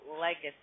legacy